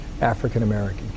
African-American